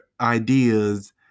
ideas